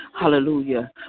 Hallelujah